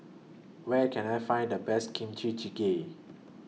Where Can I Find The Best Kimchi Jjigae